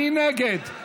מי נגד?